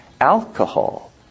Alcohol